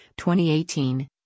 2018